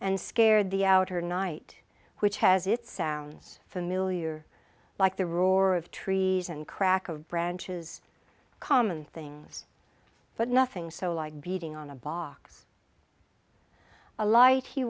and scared the outer night which has it sounds familiar like the roar of trees and crack of branches common things but nothing so like beating on a box alight he